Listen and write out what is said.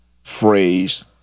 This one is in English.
phrase